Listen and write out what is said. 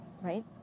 right